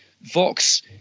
Vox